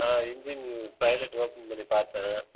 ஆ engine open பண்ணி பார்த்தன்